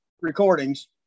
recordings